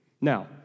Now